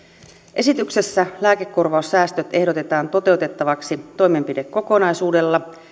esityksessä lääkekorvaussäästöt ehdotetaan toteutettavaksi toimenpidekokonaisuudella